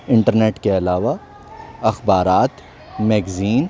internet کے علاوہ اخبارات میگزین